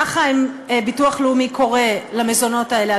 כך ביטוח לאומי קורא למזונות האלה,